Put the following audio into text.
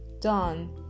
done